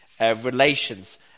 relations